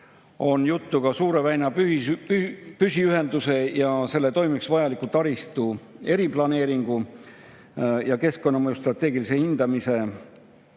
on juttu ka Suure väina püsiühenduse ja selle toimimiseks vajaliku taristu eriplaneeringu ja keskkonnamõju strateegilise hindamise